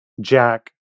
Jack